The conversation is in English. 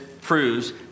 proves